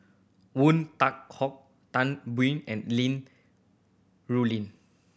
Woon Tai Ho Tan Biyun and Li Rulin